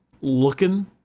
looking